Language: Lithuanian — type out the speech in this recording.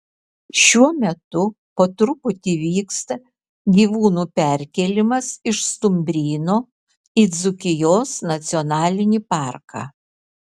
šiuo metu po truputį vyksta gyvūnų perkėlimas iš stumbryno į dzūkijos nacionalinį parką